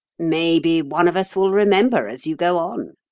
maybe one of us will remember as you go on,